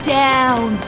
down